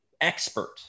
expert